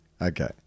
Okay